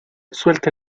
suelta